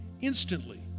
instantly